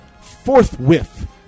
forthwith